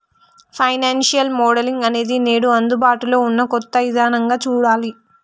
financial modelling అనేది నేడు అందుబాటులో ఉన్న కొత్త ఇదానంగా చూడాలి